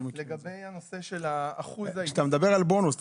לגבי הנושא של אחוז- -- מה זה בונוס?